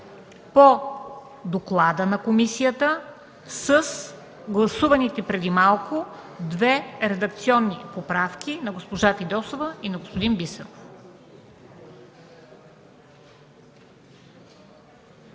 по доклада на комисията с гласуваните преди малко две редакционни поправки – на госпожа Фидосова и господин Бисеров.